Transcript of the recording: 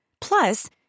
Plus